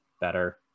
better